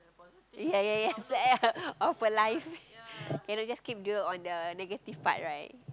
ya ya ya sad of a life cannot just keep dwell on the negative part right